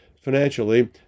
financially